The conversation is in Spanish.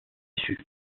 sus